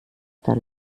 dann